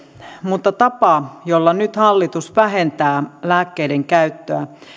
mutta tapa jolla nyt hallitus vähentää lääkkeiden käyttöä